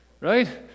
right